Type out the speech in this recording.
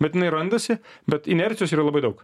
bet jinai randasi bet inercijos yra labai daug